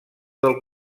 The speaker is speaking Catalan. del